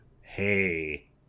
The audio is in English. hey